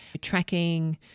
tracking